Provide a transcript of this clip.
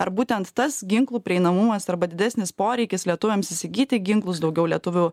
ar būtent tas ginklų prieinamumas arba didesnis poreikis lietuviams įsigyti ginklus daugiau lietuvių